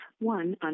one